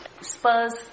spurs